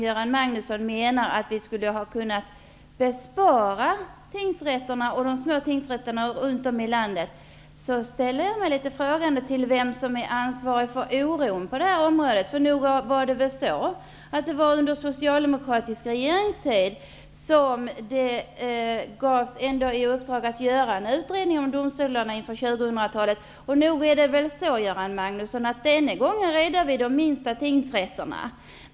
Göran Magnusson menar att vi skulle ha kunnat bespara de små tingsrätterna runt om i landet viss oro. Jag ställer mig litet frågande till vem som är ansvarig för oron på området. Nog var det under den socialdemokratiska regeringstiden som det gavs i uppdrag att göra en utredning om domstolarna inför 2000-talet? Denna gång räddade vi de minsta tingsrätterna.